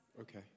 Okay